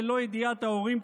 ללא ידיעת ההורים,